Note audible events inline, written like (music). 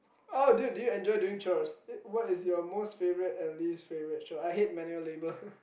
oh dude do you enjoy during chores uh what is your most favourite and least favourite chores I hate manual labour (laughs)